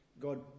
God